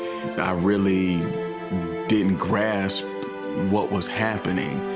i really didn't grasp what was happening.